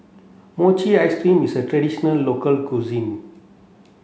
Mochi ice cream is a traditional local cuisine